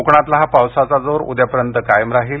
कोकणातला हा पावसाचा जोर उद्यापर्यंत कायम राहील